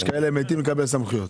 יש כאלה מתים לקבל סמכויות.